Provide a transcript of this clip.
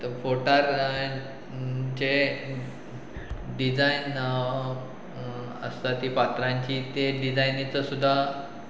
फोटार हांवें जे डिजायन आसता ती पात्रांची ते डिजायनीचो सुद्दा